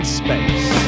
space